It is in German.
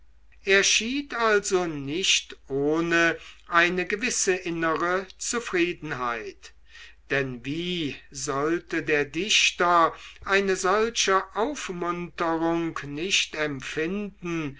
er schied also nicht ohne eine gewisse innere zufriedenheit denn wie sollte der dichter eine solche aufmunterung nicht empfinden